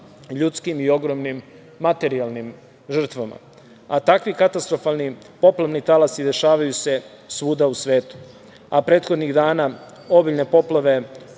ljudskim i ogromnim materijalnim žrtvama. Takvi katastrofalni poplavni talasi se dešavaju svuda u svetu, a prethodnih dana obilne poplave